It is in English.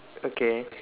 okay